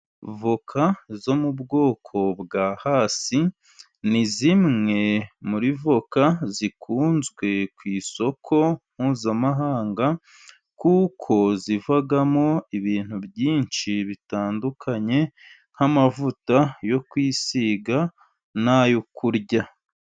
Voka zo mu bwoko bwa Hasi, ni zimwe muri voka zikunzwe ku isoko mpuzamahanga, kuko zivamo ibintu byinshi bitandukanye, nk'amavuta yo kwisiga n'ayo kurya.